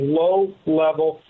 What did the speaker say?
low-level